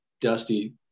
Dusty